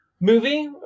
movie